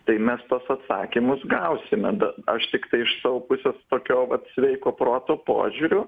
tai mes tuos atsakymus gausime bet aš tiktai iš savo pusės tokio vat sveiko proto požiūriu